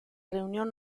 reunión